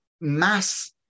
mass